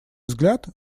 взгляд